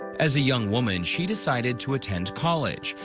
as the young woman, she decided to attend college,